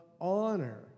honor